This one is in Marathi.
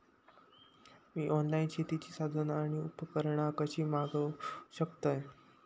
मी ऑनलाईन शेतीची साधना आणि उपकरणा कशी मागव शकतय?